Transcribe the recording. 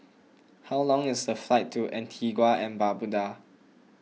how long is the flight to Antigua and Barbuda